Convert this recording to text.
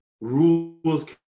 rules